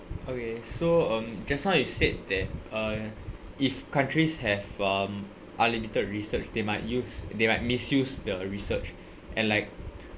okay so um just now you said that uh if countries have um unlimited research they might use they might misuse the research and like